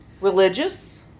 religious